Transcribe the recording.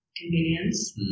convenience